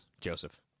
Joseph